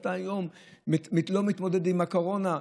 אתה היום לא מתמודד עם הקורונה.